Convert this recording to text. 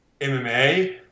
MMA